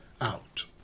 out